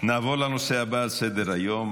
נעבור לנושא הבא על סדר-היום,